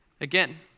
again